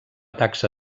taxa